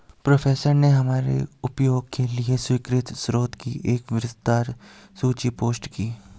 professor ने हमारे उपयोग के लिए स्वीकृत स्रोतों की एक विस्तृत सूची पोस्ट की